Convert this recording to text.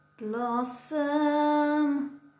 Blossom